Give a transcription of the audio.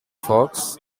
fox